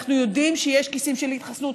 אנחנו יודעים שיש כיסים של אי-התחסנות,